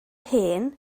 hen